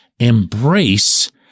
embrace